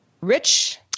Rich